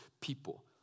people